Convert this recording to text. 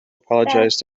apologised